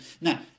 Now